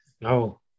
no